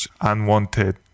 unwanted